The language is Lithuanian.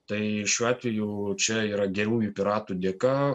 tai šiuo atveju čia yra gerųjų piratų dėka